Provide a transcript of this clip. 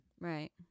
Right